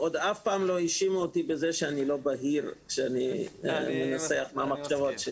לא האשימו אותי שאני לא בהיר בניסוח המחשבות שלי.